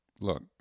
Look